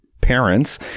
parents